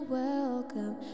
welcome